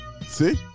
See